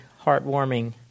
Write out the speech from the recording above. heartwarming